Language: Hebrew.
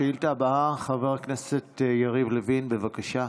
השאילתה הבאה, חבר הכנסת יריב לוין, בבקשה.